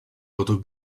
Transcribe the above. votre